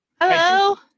Hello